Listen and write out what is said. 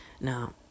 Now